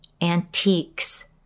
Antiques